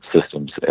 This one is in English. systems